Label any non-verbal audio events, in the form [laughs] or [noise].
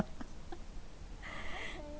[laughs]